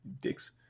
dicks